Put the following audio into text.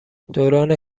دوران